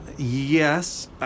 yes